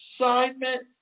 assignment